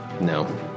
No